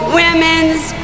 women's